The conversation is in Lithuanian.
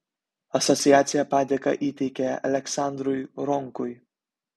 asociacija padėką įteikė aleksandrui ronkui